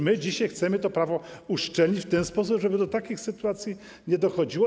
My dzisiaj chcemy to prawo uszczelnić w ten sposób, żeby do takich sytuacji nie dochodziło.